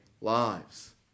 lives